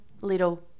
little